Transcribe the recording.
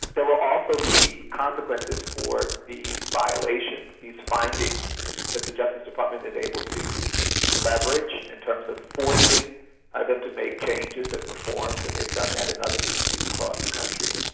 there will also be consequences for these violations these findings that the justice department is able to leverage in terms of forcing them to make changes and reforms, and they've done that in other communities across the country.